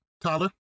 Tyler